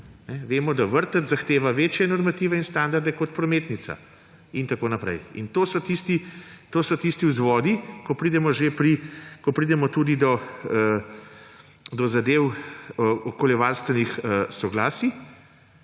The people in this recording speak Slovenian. Vemo, da vrtec zahteva večje normative in standarde kot prometnica, in tako naprej. To so tisti vzvodi, kjer pridemo tudi do zadev okoljevarstvenih soglasij,